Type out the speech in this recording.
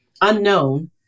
unknown